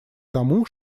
тому